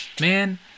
man